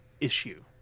issue